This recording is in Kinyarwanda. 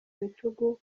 bitugu